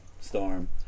storm